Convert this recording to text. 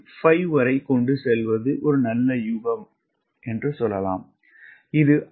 5 வரை கொண்டு செல்வது ஒரு நல்ல யூக எண் guess no